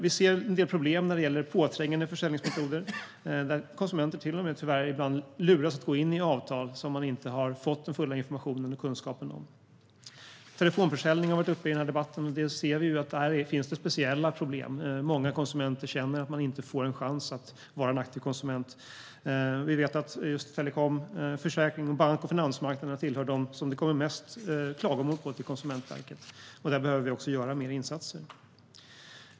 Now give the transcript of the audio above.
Vi ser en del problem när det gäller påträngande försäljningsmetoder där konsumenter ibland tyvärr till och med luras att gå in i avtal de inte har fått full information och kunskap om. Telefonförsäljning har varit uppe i debatten, och vi ser att det finns speciella problem där. Många konsumenter känner att de inte får en chans att vara en aktiv konsument. Vi vet att just telekom-, bank och finansmarknaderna tillhör dem det kommer mest klagomål om till Konsumentverket, och där behöver vi göra mer insatser.